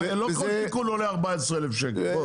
לא כל תיקון עולה 14,000 שקל, בוא.